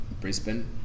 Brisbane